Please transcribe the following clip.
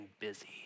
busy